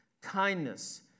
kindness